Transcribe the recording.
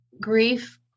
grief